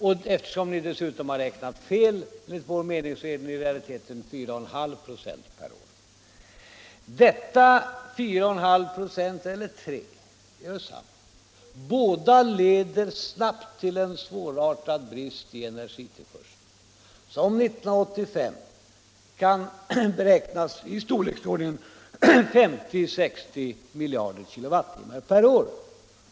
Eftersom ni dessutom — enligt vår mening — har räknat fel är den i realiteten 4 1 2 96 eller 3 26 — det gör detsamma. Vilket det än är så leder det snabbt till en svårartad brist i energitillförseln, en brist som 1985 kan beräknas vara av storleksordningen 50-60 miljarder kWh per år.